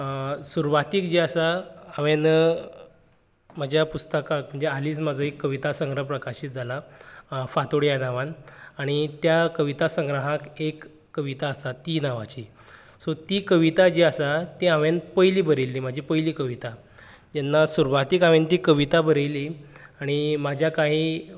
सुरवातीक जे आसा हांवेन म्हज्या पुस्तकांक म्हणजे हालीच म्हजो एक कविता संग्र प्रकाशीत जालां फांतोड ह्या नांवान आनी त्या कविता संग्रहांत एक कविता आसा ती नांवांची सो ती कविता जी आसा ती हांवेन पयली बरयल्ली म्हाजी पयली कविता जेन्ना सुरवातेक हांवेन ती कविता बरयली आनी म्हाज्या कांय